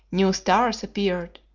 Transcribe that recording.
new stars appeared,